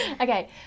okay